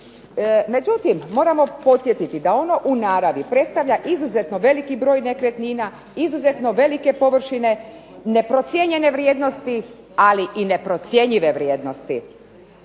Međutim, moramo podsjetiti da ono u naravi predstavlja izuzetno veliki broj nekretnina, izuzetno velike površine, neprocijenjene vrijednosti ali i neprocjenjive vrijednosti.